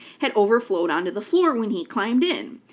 had overflowed onto the floor when he climbed in,